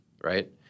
right